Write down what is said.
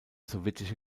sowjetische